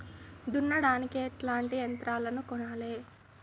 దున్నడానికి ఎట్లాంటి యంత్రాలను కొనాలే?